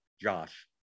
Josh